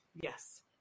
Yes